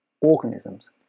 organisms